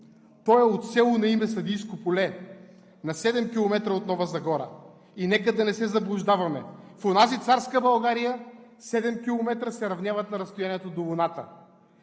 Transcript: Той е от село на име Съдийско поле – на седем километра от Нова Загора. И нека да не се заблуждаваме: в онази царска България седем километра се равняват на разстоянието до Луната.